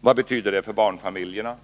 Vad betyder det för barnfamiljerna?